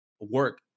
work